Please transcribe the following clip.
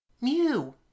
Mew